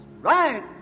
Right